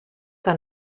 que